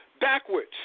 backwards